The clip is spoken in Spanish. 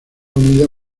unida